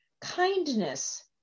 Kindness